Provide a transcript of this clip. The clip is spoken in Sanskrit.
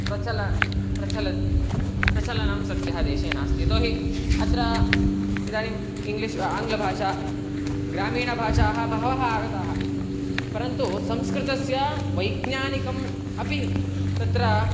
प्रचल प्रचलत् प्रचलनं सद्यः देशे नास्ति यतोहि अत्र इदानीम् इङ्ग्लिश् आङ्ग्लभाषा ग्रामीणभाषाः बह्व्यः आगताः परन्तु संस्कृतस्य वैज्ञानिकम् अपि तत्र